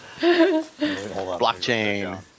Blockchain